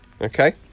okay